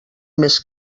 més